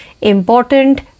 Important